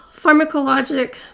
pharmacologic